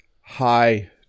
high